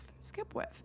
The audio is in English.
Skipwith